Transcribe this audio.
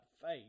faith